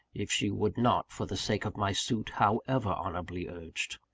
if she would not for the sake of my suit, however honourably urged.